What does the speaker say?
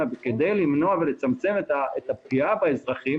כדי למנוע ולצמצם את הפגיעה באזרחים,